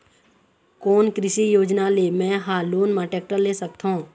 कोन कृषि योजना ले मैं हा लोन मा टेक्टर ले सकथों?